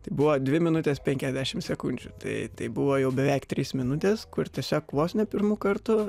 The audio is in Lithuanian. tai buvo dvi minutės penkiasdešimt sekundžių tai tai buvo jau beveik trys minutės kur tiesiog vos ne pirmu kartu